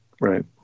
right